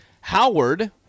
Howard